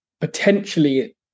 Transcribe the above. potentially